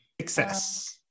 Success